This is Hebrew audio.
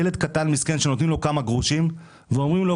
ילד קטן מסכן שנותנים לו כמה גרושים ואומרים לו,